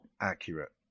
accurate